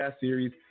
series